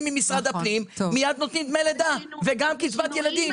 ממשרד הפנים מיד נותנים דמי לידה וגם קצבת ילדים.